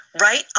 right